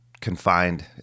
confined